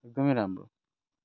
एकदमै राम्रो